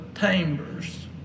Chambers